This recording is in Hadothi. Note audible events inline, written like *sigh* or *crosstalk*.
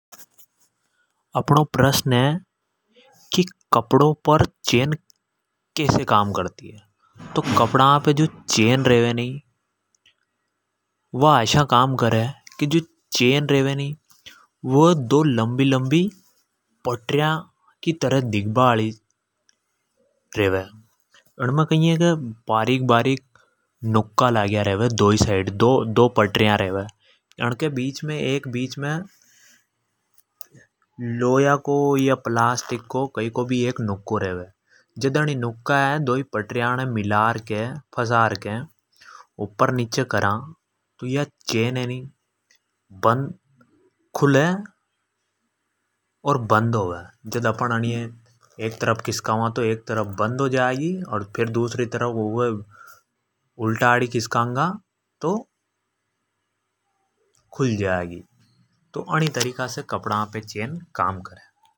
अपनो प्रश्न है की कपडो पर चैन कैसे काम करती है। तो कपड़ा पे जो चैन रेवे नी वा अशया काम करे की दो लम्बी लम्बी पटरया रेवे *hesitation* उनमे कई बारीक बारीक नुक्का लग रेवे। दोई साइड दो पटरया ऊँण बीच लोया को या प्लास्टिक को एक नुको रेवे। जद उनी नुक्का ये मिलार के फसार के ऊपर नीचे करा तो या चैन है नी खुलेर अर बंद होवे। जद एक तरफ खिसका वा तो एक तरफ बंद हो जागी। और फेर् दूसरी तरफ वे उलटा आडी खिसका कांगा तो खुल जा गी तो अ ण तरीका से चैन कपड़ा पर काम करे।